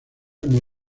como